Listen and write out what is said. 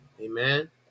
Amen